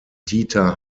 dieter